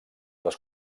les